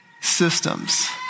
Systems